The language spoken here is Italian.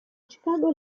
chicago